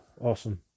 Awesome